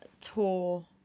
tour